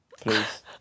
Please